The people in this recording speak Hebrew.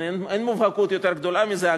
אין מובהקות יותר גדולה מזה.